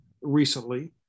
Recently